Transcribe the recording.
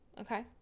Okay